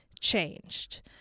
changed